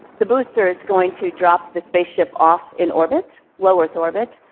the booster is going to drop the spaceship off in orbit, low earth orbit,